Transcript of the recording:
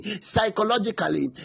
psychologically